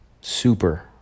super